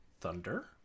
Thunder